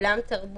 נכון?